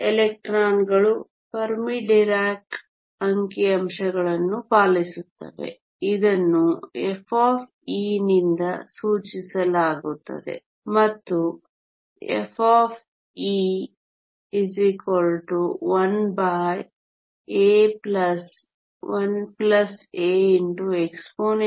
ಎಲೆಕ್ಟ್ರಾನ್ಗಳು Fermi Dirac ಅಂಕಿಅಂಶಗಳನ್ನು ಪಾಲಿಸುತ್ತವೆ ಇದನ್ನು f ನಿಂದ ಸೂಚಿಸಲಾಗುತ್ತದೆ ಮತ್ತು fE11Aexp EkBT